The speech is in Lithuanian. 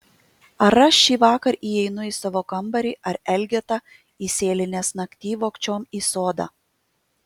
ar aš šįvakar įeinu į savo kambarį ar elgeta įsėlinęs naktyj vogčiom į sodą